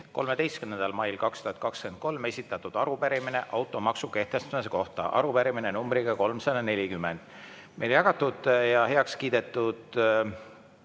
13. mail 2023 esitatud arupärimine automaksu kehtestamise kohta, arupärimine numbriga 340. Meile jagatud ja heaks kiidetud